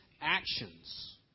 actions